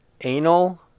Anal